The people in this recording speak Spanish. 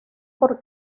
por